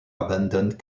abandoned